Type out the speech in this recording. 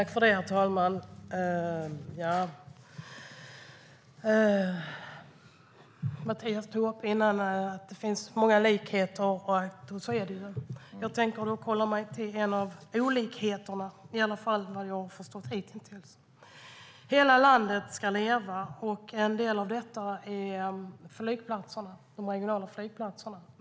Herr talman! Mattias sa att det finns många likheter. Så är det. Jag tänker dock hålla mig till en av olikheterna, i alla fall som jag har förstått det hitintills. Hela landet ska leva. En del av detta handlar om flygplatserna, de regionala flygplatserna.